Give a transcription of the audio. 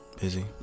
Busy